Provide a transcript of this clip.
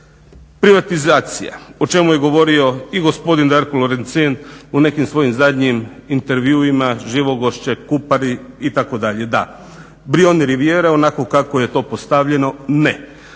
Privatizacija, o čemu je govorio i gospodin Darko Lorecin u nekim svojim zadnjim intervjuima, Živogošće, Kupari itd. da Brijun rivijera onako kako je to postavljeno, ne.